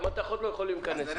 שהמתכות לא יכולים להיכנס.